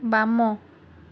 ବାମ